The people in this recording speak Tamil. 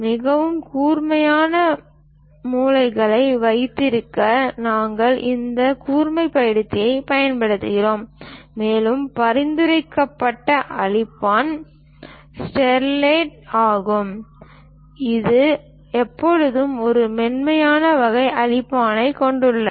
மிகவும் கூர்மையான மூலைகளை வைத்திருக்க நாங்கள் இந்த கூர்மைப்படுத்தியைப் பயன்படுத்துகிறோம் மேலும் பரிந்துரைக்கப்பட்ட அழிப்பான் ஸ்டேட்லெர் ஆகும் இது எப்போதும் இந்த மென்மையான வகையான அழிப்பைக் கொண்டுள்ளது